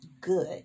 good